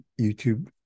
YouTube